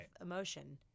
emotion